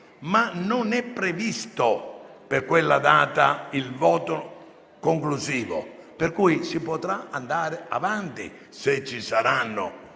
ma non è previsto per quella data il voto conclusivo, per cui si potrà andare avanti se ci saranno